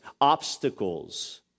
obstacles